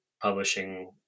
publishing